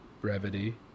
brevity